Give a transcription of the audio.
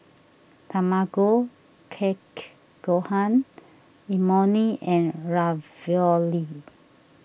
Tamago Kake Gohan Imoni and Ravioli